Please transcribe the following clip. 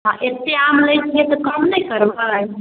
आ एतेक आम लै छियै तऽ कम नहि करबै